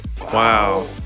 Wow